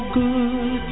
good